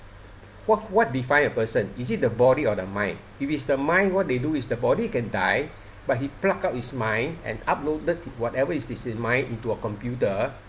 what what define a person is it the body or the mind if it's the mind what they do is the body can die but he pluck out his mind and uploaded whatever in his mind into a computer